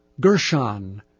Gershon